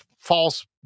false